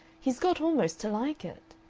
he's got almost to like it.